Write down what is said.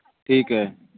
ਠੀਕ ਹੈ